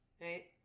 right